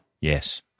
Yes